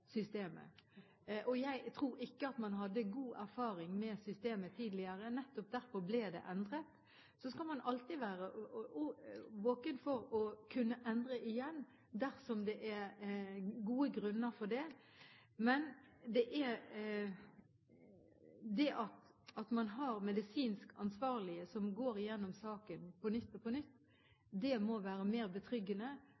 Jeg tror ikke at man hadde god erfaring med systemet tidligere. Nettopp derfor ble det endret. Man skal alltid være våken for å kunne endre igjen dersom det er gode grunner for det. Men det at man har medisinsk ansvarlige som går igjennom saken på nytt og på